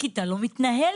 הכיתה לא מתנהלת.